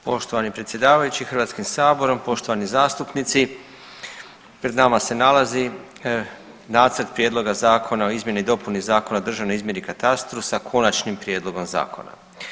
Poštovani predsjedavajući HS, poštovani zastupnici, pred nama se nalazi nacrt prijedloga zakona o izmjeni i dopuni Zakona o državnoj izmjeri i katastru sa konačnim prijedlogom zakona.